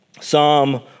Psalm